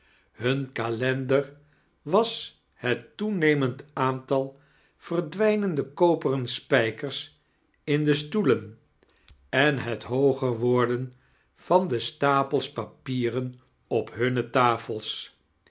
hun kalender was het toeneimend aantal verdwijnende koperen spijkers in de stoelen en het hooger worden van de stapels papieren op hunne tafel